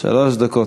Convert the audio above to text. שלוש דקות.